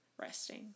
resting